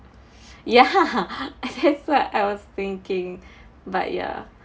ya that's what I was thinking but ya